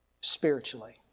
spiritually